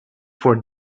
for